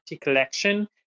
collection